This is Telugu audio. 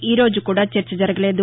ఈ రోజు కూడా చర్చ జరగలేదు